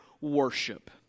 worship